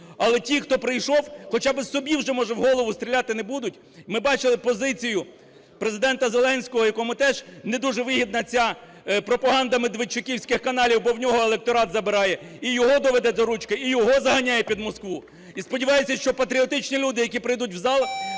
Але ті, хто прийшов, хоча би собі вже може в голову стріляти не будуть. Ми бачили позицію Президента Зеленського, якому теж не дуже вигідна ця пропаганда медведчуківських каналів, бо в нього електорат забирає і його доведе до ручки, і його заганяє під Москву. І сподіваюся, що патріотичні люди, які прийдуть в зал,